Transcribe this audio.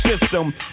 system